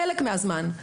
בחלק מהזמן.